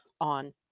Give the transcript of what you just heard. on